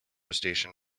station